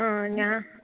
ആ ഞാ